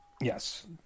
yes